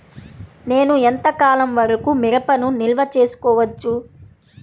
నేను ఎంత కాలం వరకు మిరపను నిల్వ చేసుకోవచ్చు?